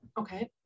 Okay